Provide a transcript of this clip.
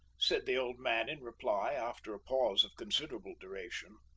said the old man in reply, after a pause of considerable duration.